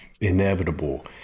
inevitable